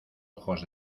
ojos